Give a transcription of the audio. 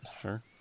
Sure